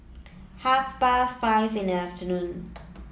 half past five in the afternoon